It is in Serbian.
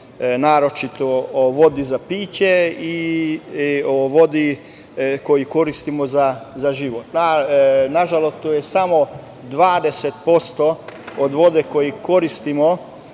naročito o vodi za piće i o vodi koju koristimo za život. Nažalost, to je samo 20% od vode koju koristimo